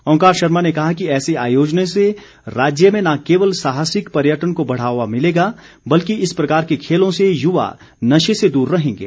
ओंकार शर्मा ने कहा कि ऐसे आयोजनों से राज्य में न केवल साहसिक पर्यटन को बढ़ावा मिलेगा बल्कि इस प्रकार के खेलों से युवा नशे से दूर रहेंगे